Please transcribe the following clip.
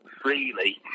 freely